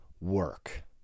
work